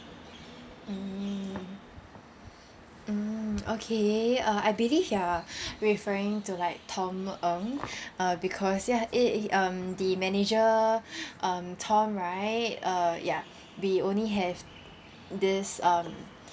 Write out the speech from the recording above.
mm mm okay uh I believe you are referring to like tom ng uh because ya he is um the manager um tom right uh ya we only have this um